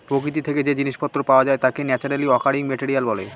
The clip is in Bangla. প্রকৃতি থেকে যে জিনিস পত্র পাওয়া যায় তাকে ন্যাচারালি অকারিং মেটেরিয়াল বলে